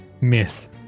Miss